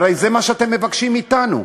הרי זה מה שאתם מבקשים מאתנו,